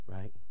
right